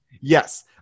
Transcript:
Yes